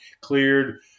cleared